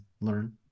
learn